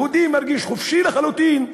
היהודי מרגיש חופשי לחלוטין,